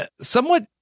somewhat